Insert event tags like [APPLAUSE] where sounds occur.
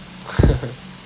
[LAUGHS]